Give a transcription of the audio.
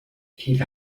كيف